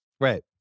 Right